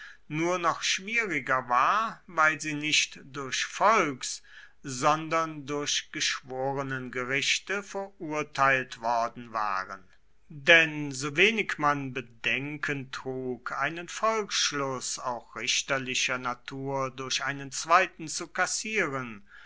nur noch schwieriger war weil sie nicht durch volks sondern durch geschworenengerichte verurteilt worden waren denn sowenig man bedenken trug einen volksschluß auch richterlicher natur durch einen zweiten zu kassieren